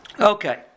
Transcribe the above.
Okay